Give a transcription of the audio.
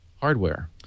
hardware